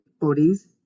bodies